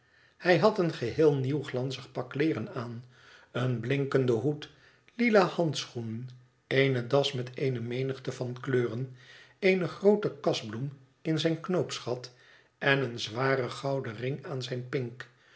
hij had een geheel nieuw glanzig pak kleeren aan een blinkenden hoed lila handschoenen eene das met eene menigte van kleuren eene groote kasbloem in zijn knoopsgat en een zwaren gouden ring aan zijn pink